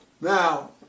Now